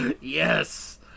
Yes